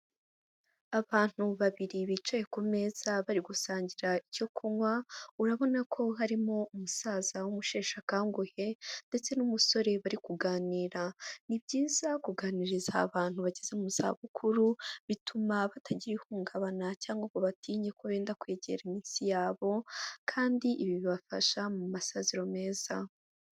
Abantu babiri bicaye ku meza bari gusangira icyo kunywa, urabona ko harimo umusaza w'umusheshe akanguhe ndetse n'umusore bari kuganira. Ni byiza kuganiriza abantu bageze mu zabukuru bituma batagira ihungabana cyangwa ngo batinye ko benda kwegera iminsi yabo, kandi ibi bibafasha mu masaziro meza.